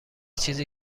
چیزی